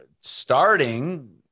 starting